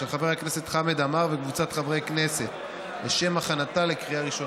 של חבר הכנסת חמד עמאר וקבוצת חברי הכנסת לשם הכנתה לקריאה ראשונה.